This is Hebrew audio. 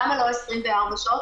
למה לא 24 שעות?